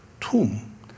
tomb